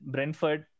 Brentford